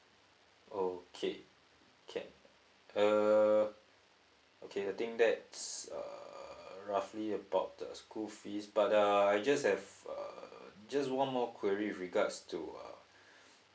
okay can uh okay I think that's uh roughly about the school fees but uh I just have uh just one more query regards to uh